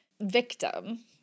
victim